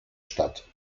statt